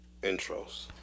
intros